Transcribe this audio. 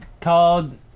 called